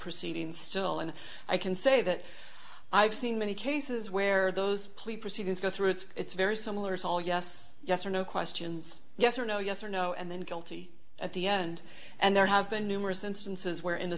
proceedings still and i can say that i've seen many cases where those plea proceedings go through it's very similar it's all yes yes or no questions yes or no yes or no and then guilty at the end and there have been numerous instances where in the